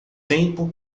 tempo